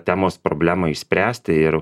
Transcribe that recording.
temos problemą išspręsti ir